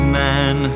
man